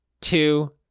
two